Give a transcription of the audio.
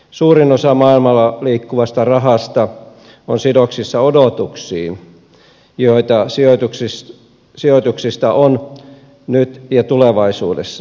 suurin osa maailmalla liikkuvasta rahasta on sidoksissa odotuksiin joita sijoituksista on nyt ja tulevaisuudessa